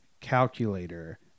calculator